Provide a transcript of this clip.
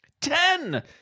Ten